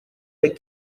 les